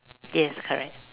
yes correct